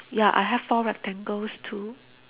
ya I have four rectangles too